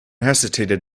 hesitated